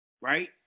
Right